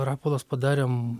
rapolas padarėm